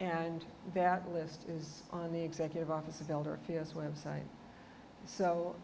and that list is on the executive office of elder p s website so